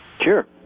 Sure